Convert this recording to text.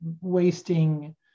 wasting